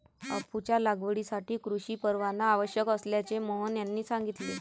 अफूच्या लागवडीसाठी कृषी परवाना आवश्यक असल्याचे मोहन यांनी सांगितले